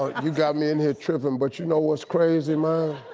ah um you got me in here trippin', but you know what's crazy, mom?